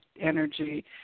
energy